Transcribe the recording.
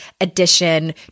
addition